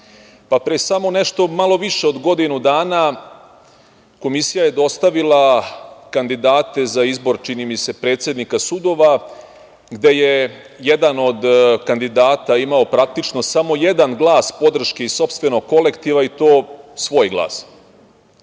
Pre samo nešto malo više od godinu dana Komisija je dostavila kandidate za izbor, čini mi se, predsednika sudova gde je jedan od kandidata imao praktično samo jedan glas podrške iz sopstvenog kolektiva i to svoj